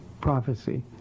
prophecy